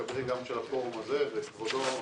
כנראה גם של הפורום הזה ושל כבודו.